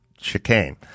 chicane